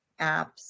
apps